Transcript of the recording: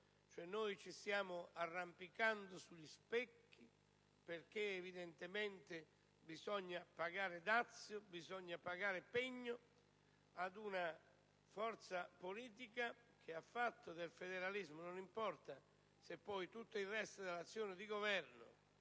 ci stiamo cioè arrampicando sugli specchi, perché evidentemente bisogna pagare pegno ad una forza politica che ha fatto del federalismo - non importa se poi tutto il resto dell'azione di governo